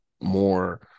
more